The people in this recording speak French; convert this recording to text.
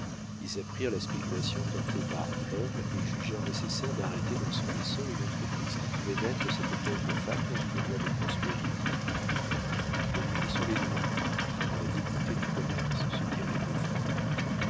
ils apprirent la spéculation tentée par ève et jugèrent nécessaire d'arrêter dans son essor une entreprise qui pouvait mettre cette pauvre femme dans une voie de prospérité donnons-lui sur les doigts afin de la dégoûter du commerce se dirent les deux frères